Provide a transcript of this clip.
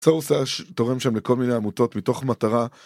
תורם שם לכל מיני עמותות מתוך מטרה